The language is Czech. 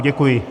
Děkuji.